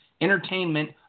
entertainment